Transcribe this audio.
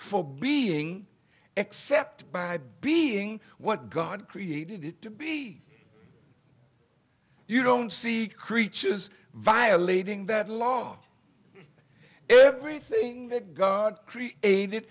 for being except by being what god created it to be you don't see creatures violating that law everything that god created